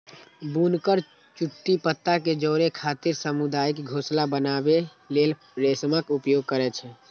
बुनकर चुट्टी पत्ता कें जोड़ै खातिर सामुदायिक घोंसला बनबै लेल रेशमक उपयोग करै छै